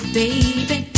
baby